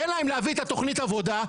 תן להם להביא את תוכנית העבודה,